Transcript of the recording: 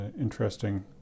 interesting